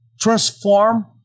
transform